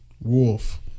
wolf